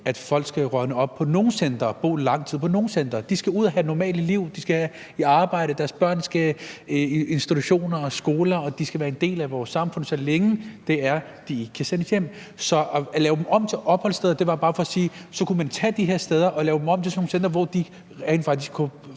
at folk skal rådne op på nogen centre og bo lang tid på nogen centre. De skal ud og have normale liv, de skal i arbejde, og deres børn skal i institutioner og skoler, og de skal være en del af vores samfund, så længe de ikke kan sendes hjem. Så det med at lave dem om til opholdssteder var bare for at sige, at man kunne tage de her steder og lave dem om til sådan nogle centre, hvor de rent faktisk kunne